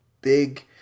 big